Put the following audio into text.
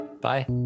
Bye